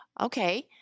Okay